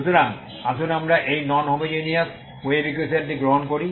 সুতরাং আসুন আমরা এই নন হোমোজেনিয়াস ওয়েভ ইকুয়েশনটি গ্রহণ করি